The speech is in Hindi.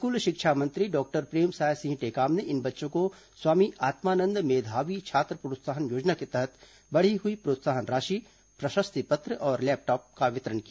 स्कूल शिक्षा मंत्री डॉक्टर प्रेमसाय सिंह टेकाम ने इन बच्चों को स्वामी आत्मानंद मेधावी छात्र प्रोत्साहन योजना के तहत बढ़ी हुई प्रोत्साहन राशि प्रशस्ति पत्र और लैपटॉप का वितरण किया